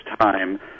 time